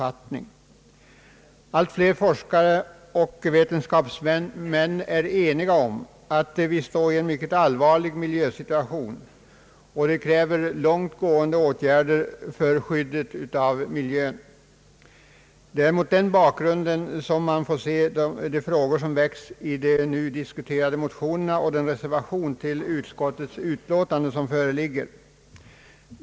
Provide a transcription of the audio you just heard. Allt fler forskare och vetenskapsmän är eniga om att vi står i en mycket allvarlig miljösituation och de kräver långtgående åtgärder för skyddet av miljön. Det är mot den bakgrunden man får se de frågor som väckts i de nu diskuterade motionerna och reservationen till utskottets betänkande.